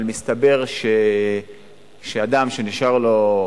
אבל מסתבר שאדם שנשארו לו,